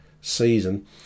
season